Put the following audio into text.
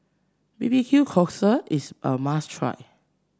bbq cockle is a must try